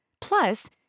Plus